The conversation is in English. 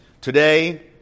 today